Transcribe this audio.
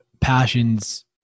passions